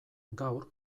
gaur